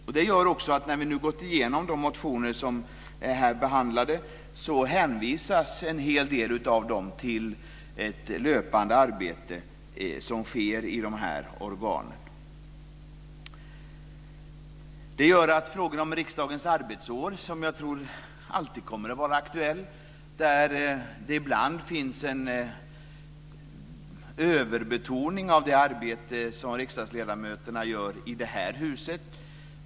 Detta gör också att när vi nu har gått igenom de motioner som är behandlade här så hänvisas en hel del av dem till ett löpande arbete som sker i dessa organ. Frågan om riksdagens arbetsår tror jag alltid kommer att vara aktuell. Ibland finns det en överbetoning av det arbete som riksdagsledamöterna utför i det här huset.